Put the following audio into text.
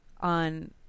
on